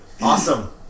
awesome